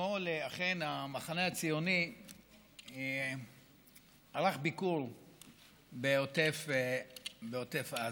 אתמול אכן המחנה הציוני ערך ביקור בעוטף עזה,